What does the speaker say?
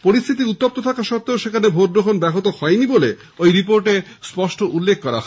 পরিস্থিতি উত্তপ্ত থাকা সত্ত্বেও সেখানে ভোটগ্রহণ ব্যহত হয়নি বলে ঐ রিপোর্টে স্পষ্ট উল্লেখ করা হয়েছে